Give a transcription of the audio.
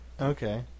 okay